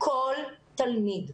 שכל תלמיד,